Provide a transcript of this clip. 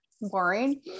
boring